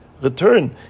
return